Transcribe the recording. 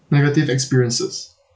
negative experiences